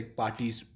parties